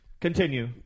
Continue